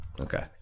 Okay